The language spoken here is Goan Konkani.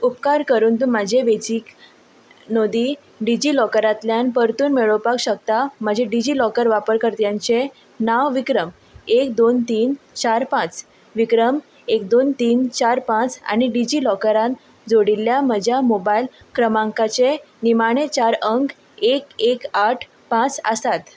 उपकार करून तूं म्हाजें वेंचीक नोंदी डिजी लॉकरांतल्यान परतून मेळोवपाक शकता म्हजें डिजी लॉकर वापर कर्त्याचें नांव विक्रम एक दोन तीन चार पांच विक्रम एक दोन तीन चार पांच आनी डिजी लॉकरान जोडिल्ल्या म्हज्या मोबायल क्रमांकाचे निमाणे चार अंक एक एक आठ पांच आसात